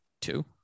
Two